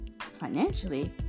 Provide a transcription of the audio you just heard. Financially